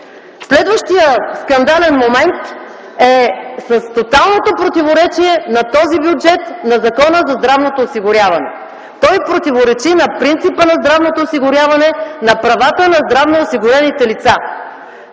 Следващият скандален момент е тоталното противоречие на този бюджет със Закона за здравното осигуряване. Той противоречи на принципа на здравното осигуряване, на правата на здравноосигурените лица.